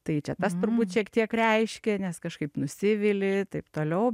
tai čia tas turbūt šiek tiek reiškė nes kažkaip nusivili taip toliau